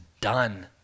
done